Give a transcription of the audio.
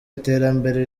iterambere